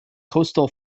coastal